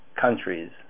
countries